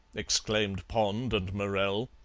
exclaimed pond and morell.